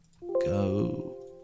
go